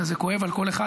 כואב על כל אחד,